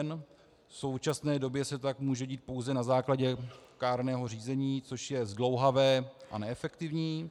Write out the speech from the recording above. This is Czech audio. V současné době se tak může dít pouze na základě kárného řízení, což je zdlouhavé a neefektivní.